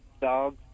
dogs